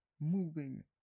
moving